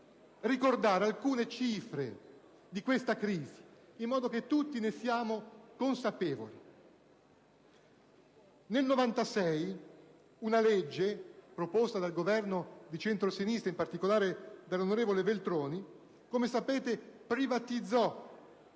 ricordare alcune cifre di questa crisi, in modo che tutti ne siamo consapevoli. Nel 1996, una legge proposta dal Governo di centrosinistra, in particolare dall'onorevole Veltroni, privatizzò,